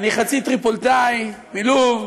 אני חצי טריפוליטאי, מלוב,